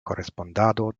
korespondado